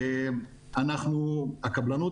נאמר פה